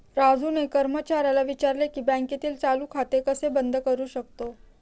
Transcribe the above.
राजूने कर्मचाऱ्याला विचारले की बँकेतील चालू खाते कसे बंद करू शकतो?